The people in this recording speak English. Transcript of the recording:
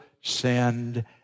send